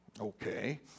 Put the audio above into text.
okay